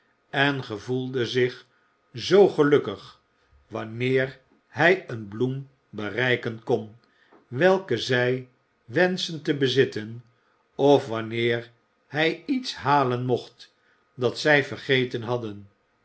en gevoelde zich zoo gelukkig wanneer hij een bloem bereiken kon welke zij wenschten te bezitten of wanneer hij iets halen mocht dat zij vergeten hadden